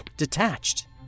detached